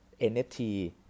NFT